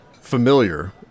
familiar